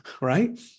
right